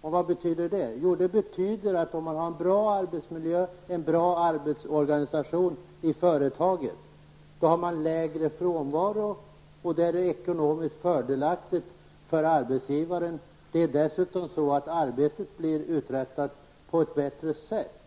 Vad betyder då det? Jo, det betyder att om företaget har en bra arbetsmiljö och en bra arbetsorganisation, är frånvaron lägre, vilket är ekonomiskt fördelaktigt för arbetsgivaren. Dessutom blir arbetet uträttat på ett bättre sätt.